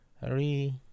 Hurry